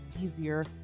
easier